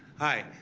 hi.